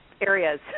areas